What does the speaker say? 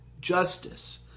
justice